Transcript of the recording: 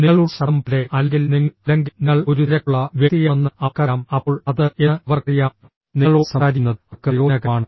നിങ്ങളുടെ ശബ്ദം പോലെ അല്ലെങ്കിൽ നിങ്ങൾ അല്ലെങ്കിൽ നിങ്ങൾ ഒരു തിരക്കുള്ള വ്യക്തിയാണെന്ന് അവർക്കറിയാം അപ്പോൾ അത് എന്ന് അവർക്കറിയാം നിങ്ങളോട് സംസാരിക്കുന്നത് അവർക്ക് പ്രയോജനകരമാണ്